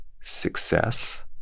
success